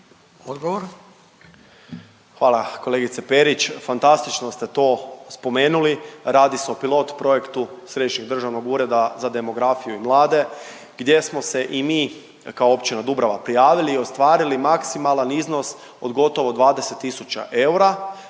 (HDZ)** Hvala kolegice Perić. Fantastično ste to spomenuli. Radi se o pilot projektu Središnjeg državnog ureda za demografiju i mlade, gdje smo se i mi kao općina Dubrava prijavili i ostvarili maksimalan iznos od gotovo 20000 eura,